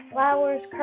Flower's